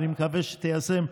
ואני מקווה שתיישם.